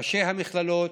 ראשי המכללות,